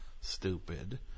stupid